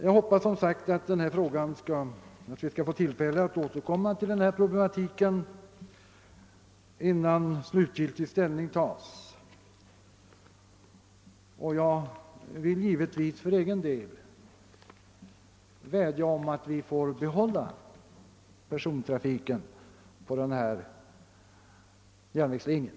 Jag hoppas som sagt att vi skall få tillfälle att återkomma till denna problematik innan slutgiltig ställning tas. Jag vill givetvis för egen del vädja om att vi får behålla persontrafiken på den ifrågavarande järnvägslinjen.